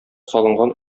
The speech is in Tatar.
салынган